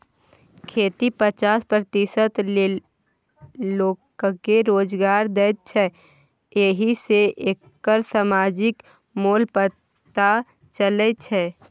खेती पचास प्रतिशत लोककेँ रोजगार दैत छै एहि सँ एकर समाजिक मोल पता चलै छै